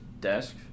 desk